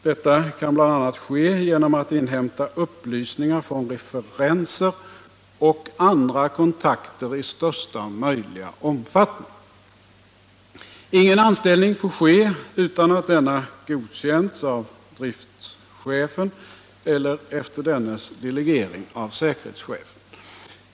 Detta kan ske bl.a. genom att inhämta upplysningar från referenser och andra kontakter i största möjliga omfattning. Ingen anställning får ske utan att denna godkänns av driftschefen eller, efter dennes delegering, av säkerhetschefen.